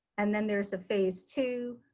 and then there's a phase two,